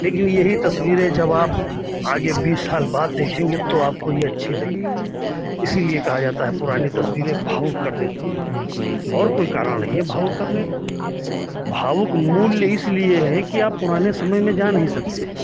लेकिन यही तस्वीरें जब आप आगे बीस साल बाद देखेंगे तो आपको ये अच्छी लगेगी इसीलिए कहा जाता है पुरानी तस्वीरें भावुक कर देती हैं और कोई कारण नहीं है भावुक करने का भावुक मूल्य इसलिए है कि आप पुराने समय में जा नहीं सकते हैं